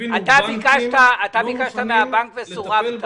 כאן שתי בקשות מצד אולמות האירועים.